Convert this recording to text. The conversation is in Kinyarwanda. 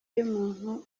y’umuntu